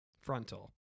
frontal